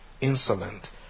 insolent